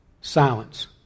silence